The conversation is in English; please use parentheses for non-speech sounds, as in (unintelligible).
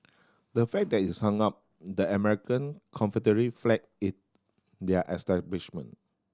the fact that is hung up the American Confederate flag (unintelligible) their establishment